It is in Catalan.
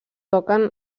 toquen